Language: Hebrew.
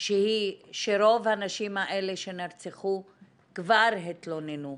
שהיא שרוב הנשים האלה שנרצחו כבר התלוננו,